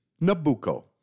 Nabucco